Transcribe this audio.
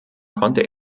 konnte